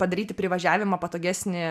padaryti privažiavimą patogesnį